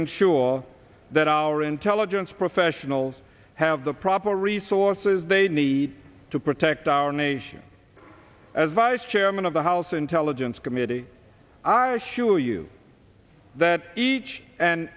ensure that our intelligence professionals have the proper resources they need to protect our nation as vice chairman of the house intelligence committee i assure you that each and